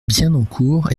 bienencourt